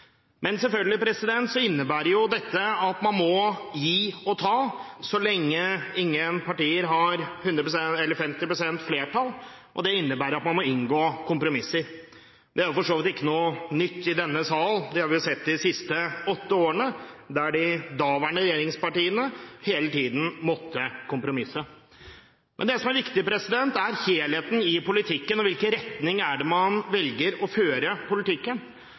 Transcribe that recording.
Men dette innebærer selvfølgelig at man må gi og ta, så lenge ett parti alene ikke har flertall. Det innebærer at man må inngå kompromisser. Det er for så vidt ikke noe nytt i denne salen. Det har vi jo sett de siste åtte årene, hvor de daværende regjeringspartiene hele tiden måtte kompromisse. Men det som er viktig, er helheten i politikken og i hvilken retning man velger å føre politikken.